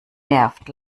nervt